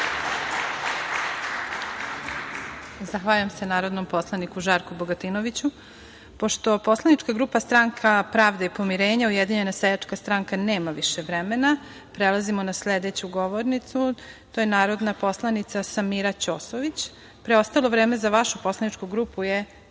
Zahvaljujem se narodnom poslaniku. Pošto poslanička grupa SPP-Ujedinjena seljačka stranka nema više vremena, prelazimo na sledeću govornicu, to je narodna poslanica Samira Ćosović. Preostalo vreme za vašu poslaničku grupu je